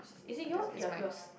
is it your ya yours